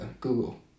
Google